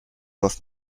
was